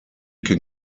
can